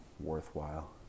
worthwhile